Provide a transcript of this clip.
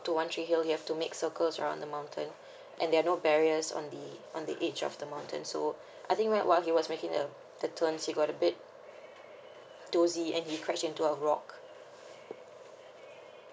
to one tree hill you have to make circles around the mountain and there are no barriers on the on the edge of the mountain so I think what while he was making a turn he got a bit doozy and he crash into a rock